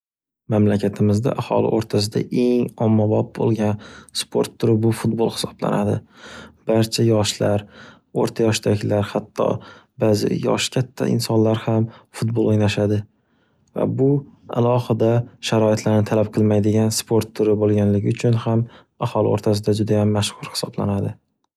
Mamlakatimizda aholi oʻrtasida eng ommavob boʻlgan sport turi bu futbol hisoblanadi. Barcha yoshlar, oʻrta yoshdagilar, hatto baʼzi yoshi katta insonlar ham futbol oʻynashadi. Va bu alohida sharoitlarni talab qilmaydigan sport turi boʻlganligi uchun ham aholi oʻrtasida judayam mashhur hisoblanadi.